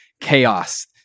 chaos